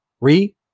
Re